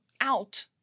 out